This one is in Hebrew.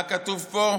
מה כתוב פה?